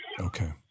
Okay